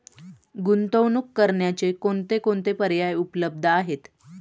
गुंतवणूक करण्याचे कोणकोणते पर्याय उपलब्ध आहेत?